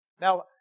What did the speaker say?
Now